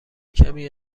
کمی